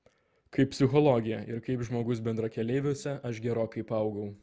kaip psichologė ir kaip žmogus bendrakeleiviuose aš gerokai paaugau